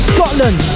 Scotland